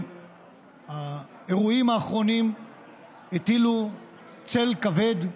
שהאירועים האחרונים הטילו צל כבד,